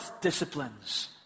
disciplines